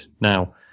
now